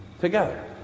together